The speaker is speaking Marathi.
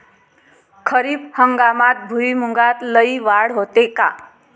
खरीप हंगामात भुईमूगात लई वाढ होते का?